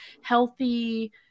healthy